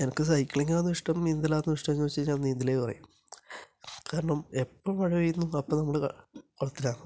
എനിക്ക് സൈക്കിളിങ്ങാണോ ഇഷ്ടം നീന്തലാണോ ഇഷ്ടം എന്ന് ചോദിച്ചു കഴിഞ്ഞാല് നീന്തലേ പറയൂ കാരണം എപ്പോള് മഴ പെയ്യുന്നുവോ അപ്പോള് നമ്മള് കുളത്തിലാണ്